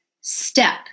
step